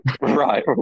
Right